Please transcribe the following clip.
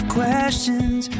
questions